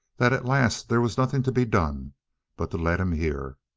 that at last there was nothing to be done but to let him hear.